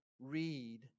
read